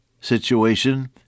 situation